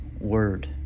word